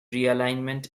realignment